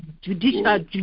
judicial